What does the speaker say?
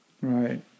Right